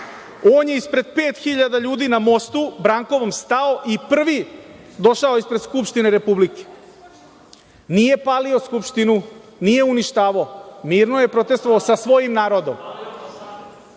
on je ispred 5.000 ljudi na Brankovom mostu stao i prvi došao ispred Skupštine Republike. Nije palio Skupštinu, nije uništavao, mirno je protestvovao sa svojim narodom.Za